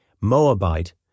Moabite